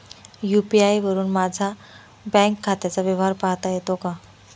UPI वरुन माझ्या bank खात्याचा व्यवहार पाहता येतो का?